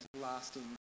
lasting